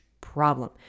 problem